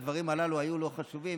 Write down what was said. הדברים הללו היו לו חשובים,